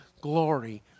glory